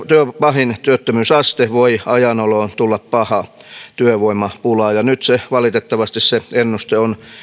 pahin työttömyysaste voi ajan oloon tulla paha työvoimapula ja nyt valitettavasti se ennuste on